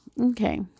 Okay